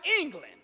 England